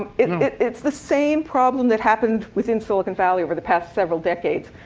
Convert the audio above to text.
it's it's the same problem that happened within silicon valley over the past several decades.